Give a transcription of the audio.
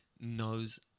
knows